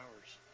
hours